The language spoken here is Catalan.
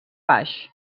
baix